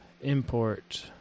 import